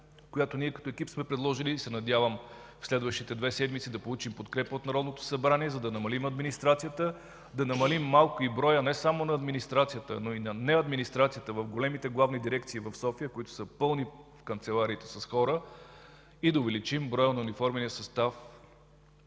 която ние като екип сме предложили и се надявам следващите две седмици да получим подкрепа от Народното събрание, за да намалим администрацията, да намалим малко и броя не само на администрацията, но и на не-администрацията в големите главни дирекции в София, в които канцелариите са пълни с хора, и да увеличим броя на униформения състав,